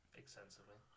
extensively